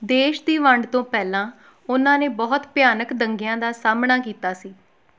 ਦੇਸ਼ ਦੀ ਵੰਡ ਤੋਂ ਪਹਿਲਾਂ ਉਹਨਾਂ ਨੇ ਬਹੁਤ ਭਿਆਨਕ ਦੰਗਿਆਂ ਦਾ ਸਾਹਮਣਾ ਕੀਤਾ ਸੀ